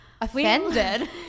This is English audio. offended